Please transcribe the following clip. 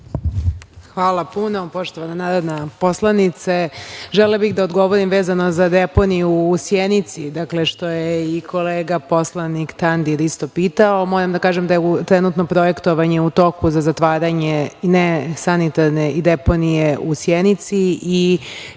Hvala puno. Želela bih da odgovorim vezano za deponiju u Sjenici, dakle što je i kolega poslanik Tandir isto pitao. Moram da kažem da je trenutno projektovanje u toku za zatvaranje nesanitarne deponije u Sjenici,